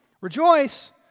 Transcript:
Rejoice